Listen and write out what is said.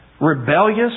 rebellious